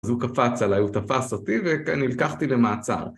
אז הוא קפץ עליי, הוא תפס אותי, ונלקחתי למעצר.